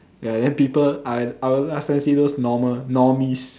ya then people I I will ask them see those normal normies